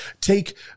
Take